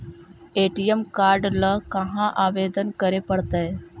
ATM card ल कहा आवेदन करे पड़तै?